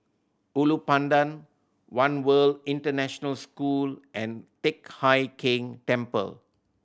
Ulu Pandan One World International School and Teck Hai Keng Temple